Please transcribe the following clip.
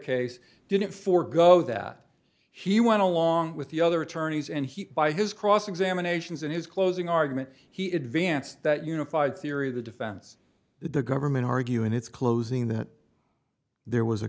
case didn't forego that he went along with the other attorneys and he by his cross examinations in his closing argument he advanced that unified theory of the defense that the government argue in its closing that there was a